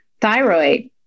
thyroid